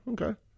Okay